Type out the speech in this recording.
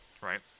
Right